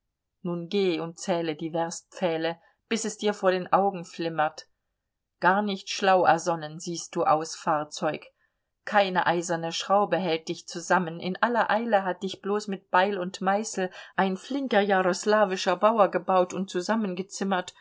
nun geh und zähle die werstpfähle bis es dir vor den augen flimmert gar nicht schlau ersonnen siehst du aus fahrzeug keine eiserne schraube hält dich zusammen in aller eile hat dich bloß mit beil und meißel ein flinker jaroslawischer bauer gebaut und zusammengezimmert